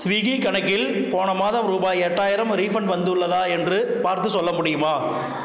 Swiggy கணக்கில் போன மாதம் ரூபாய் எட்டாயிரம் ரீஃபண்ட் வந்துள்ளதா என்று பார்த்துச் சொல்ல முடியுமா